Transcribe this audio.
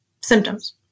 symptoms